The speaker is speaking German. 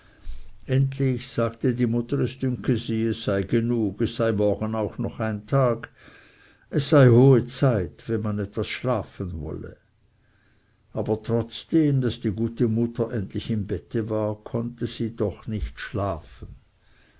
endlich sagte die mutter es dünke sie es sei genug es sei morgen auch noch ein tag es sei hohe zeit wenn man etwas schlafen wolle aber trotzdem daß die gute mutter endlich im bette war konnte sie doch nicht schlafen